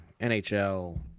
NHL